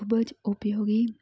ખૂબ જ ઉપયોગી